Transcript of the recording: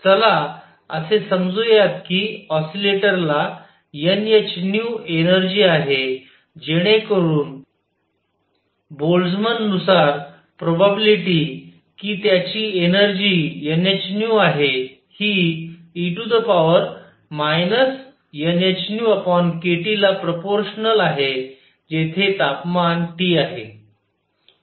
चला असे समजूयात कि ऑसिलेटर ला nhν एनर्जी आहे जेणेकरून बोल्ट्झमन नुसार प्रोबॅबिलिटी कि त्याची एनर्जी nhνआहे हि e nhνkT ला प्रोपोर्शनल आहे जेथे तापमान T आहे